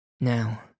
Now